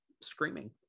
screaming